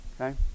Okay